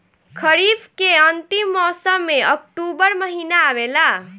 खरीफ़ के अंतिम मौसम में अक्टूबर महीना आवेला?